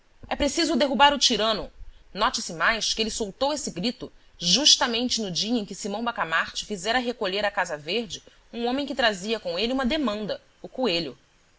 é preciso derrubar o tirano note-se mais que ele soltou esse grito justamente no dia em que simão bacamarte fizera recolher à casa verde um homem que trazia com ele uma demanda o coelho